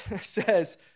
says